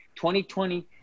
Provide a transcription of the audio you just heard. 2020